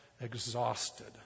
exhausted